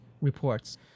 reports